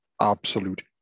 absolute